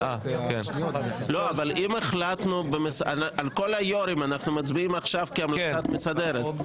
אבל אם אנחנו מצביעים עכשיו על כל היו"רים כהמלצת מסדרת,